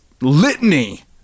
Litany